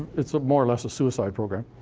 it's more or less a suicide program.